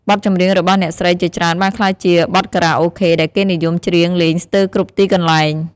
បទចម្រៀងរបស់អ្នកស្រីជាច្រើនបានក្លាយជាបទខារ៉ាអូខេដែលគេនិយមច្រៀងលេងស្ទើរគ្រប់ទីកន្លែង។